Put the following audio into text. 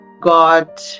god